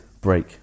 break